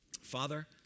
Father